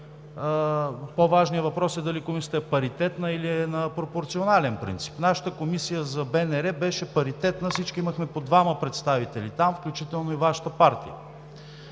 По-важният въпрос е дали комисията е паритетна или е на пропорционален принцип. Нашата комисия за БНР беше паритетна, всички имахме по двама представители там, включително и Вашата партия.